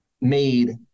made